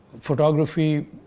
Photography